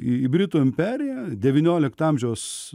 į britų imperija devyniolikto amžiaus